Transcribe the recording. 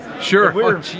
Sure